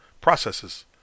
processes